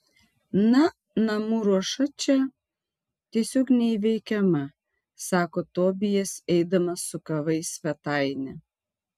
na namų ruoša čia tiesiog neįveikiama sako tobijas eidamas su kava į svetainę